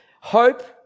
hope